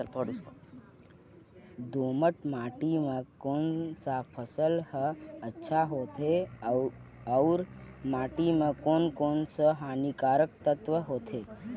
दोमट माटी मां कोन सा फसल ह अच्छा होथे अउर माटी म कोन कोन स हानिकारक तत्व होथे?